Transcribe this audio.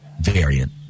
variant